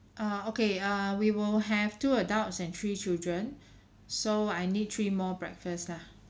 uh okay err we will have two adults and three children so I need three more breakfast lah